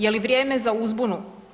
Je li vrijeme za uzbunu?